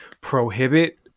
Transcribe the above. prohibit